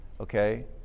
Okay